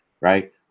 right